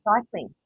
cycling